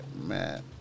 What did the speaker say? man